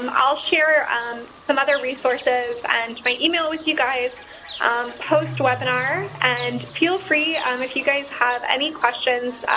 um i'll share um some other resources and my email with you guys post-webinar, and feel free if you guys have any questions,